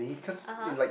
(uh huh)